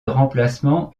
remplacement